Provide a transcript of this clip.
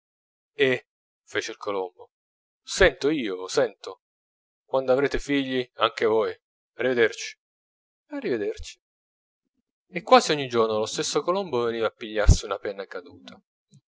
eh fece il colombo sento io sento quando avrete figli anche voi arrivederci arrivederci e quasi ogni giorno lo stesso colombo veniva a pigliarsi una penna caduta